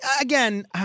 again